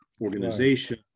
organization